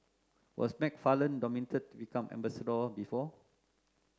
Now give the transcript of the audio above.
was McFarland nominated to become ambassador before